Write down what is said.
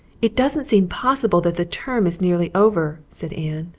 it doesn't seem possible that the term is nearly over, said anne.